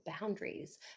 boundaries